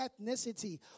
ethnicity